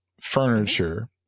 furniture